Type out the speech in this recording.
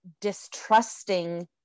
distrusting